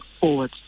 forward